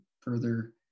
further